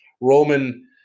Roman